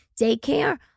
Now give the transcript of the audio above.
daycare